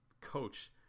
coach